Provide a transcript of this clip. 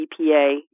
EPA